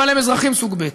אבל הם אזרחים סוג ב'.